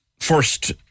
first